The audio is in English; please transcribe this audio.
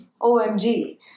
OMG